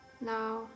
Now